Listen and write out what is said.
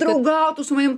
draugauk tu su manim